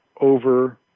over